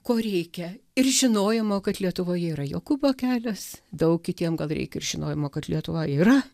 ko reikia ir žinojimo kad lietuvoje yra jokūbo kelias daug kitiem gal reikia ir žinojimo kad lietuva yra